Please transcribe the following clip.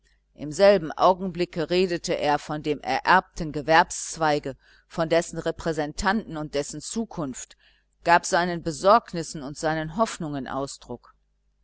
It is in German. im selben augenblicke redete er von dem ererbten gewerbszweige von dessen repräsentanten und dessen zukunft gab seinen besorgnissen und seinen hoffnungen ausdruck